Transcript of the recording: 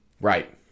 Right